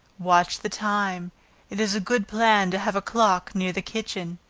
watch the time it is a good plan to have a clock near the kitchen.